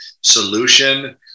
solution